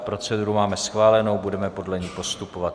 Proceduru máme schválenou a budeme podle ní postupovat.